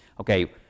Okay